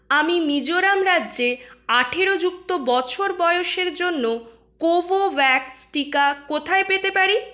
আমি মিজোরাম রাজ্যে আঠেরো যুক্ত বছর বয়সের জন্য কোভোভ্যাক্স টিকা কোথায় পেতে পারি